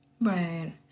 Right